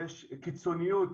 ישנה קיצוניות